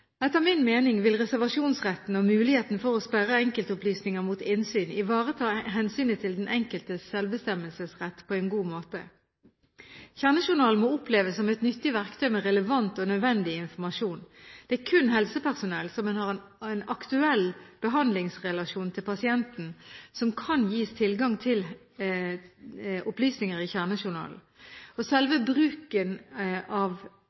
Etter min mening vil reservasjonsretten og muligheten for å sperre enkeltopplysninger mot innsyn ivareta hensynet til den enkeltes selvbestemmelsesrett på en god måte. Kjernejournalen må oppleves som et nyttig verktøy med relevant og nødvendig informasjon. Det er kun helsepersonell som har en aktuell behandlingsrelasjon til pasienten, som kan gis tilgang til opplysninger i kjernejournalen. Selve bruken av